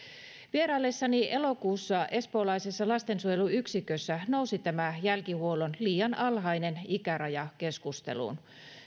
vieraillessani elokuussa espoolaisessa lastensuojeluyksikössä nousi tämä jälkihuollon liian alhainen ikäraja keskusteluun